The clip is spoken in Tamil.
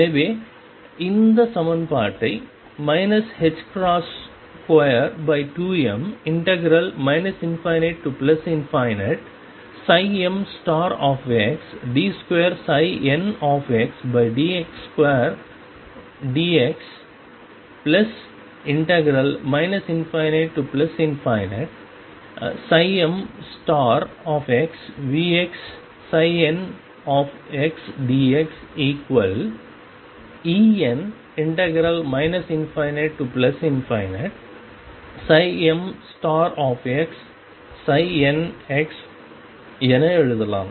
எனவே இந்த சமன்பாட்டை 22m ∞md2ndx2dx ∞mVxndxEn ∞mxndx என எழுதலாம்